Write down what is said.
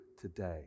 today